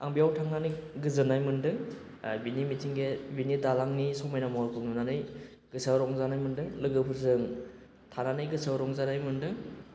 आं बेयाव थांनानै गोजोन्नाय मोनदों आरो बिनि मिथिंगाया बिनि दालांनि समायना महरखौ नुनानै गोसोआव रंजानाय मोनदों लोगोफोरजों थानानै गोसोआव रंजानाय मोनदों